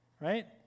right